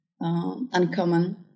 uncommon